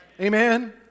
Amen